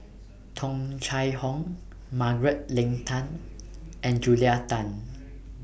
Tung Chye Hong Margaret Leng Tan and Julia Tan